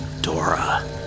Dora